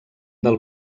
del